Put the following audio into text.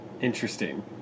Interesting